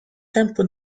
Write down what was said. tempo